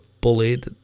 bullied